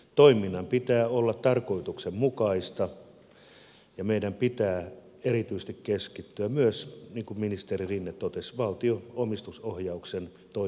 toiminnan pitää olla tarkoituksenmukaista ja meidän pitää erityisesti keskittyä myös niin kuin ministeri rinne totesi valtion omistajaohjauksen toimivuuteen